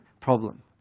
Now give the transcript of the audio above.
problem